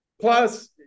plus